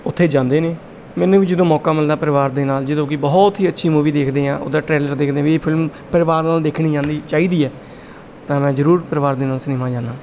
ਉੱਥੇ ਜਾਂਦੇ ਨੇ ਮੈਨੂੰ ਵੀ ਜਦੋਂ ਮੌਕਾ ਮਿਲਦਾ ਪਰਿਵਾਰ ਦੇ ਨਾਲ ਜਦੋਂ ਕਿ ਬਹੁਤ ਹੀ ਅੱਛੀ ਮੂਵੀ ਦੇਖਦੇ ਹਾਂ ਉਹਦਾ ਟਰੇਲਰ ਦੇਖਦੇ ਹਾਂ ਵੀ ਇਹ ਫ਼ਿਲਮ ਪਰਿਵਾਰ ਨਾਲ ਦੇਖਣੀ ਜਾਂਦੀ ਚਾਹੀਦੀ ਹੈ ਤਾਂ ਮੈਂ ਜ਼ਰੂਰ ਪਰਿਵਾਰ ਦੇ ਨਾਲ ਸਿਨੇਮਾ ਜਾਂਦਾ